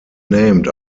named